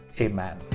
Amen